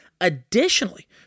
Additionally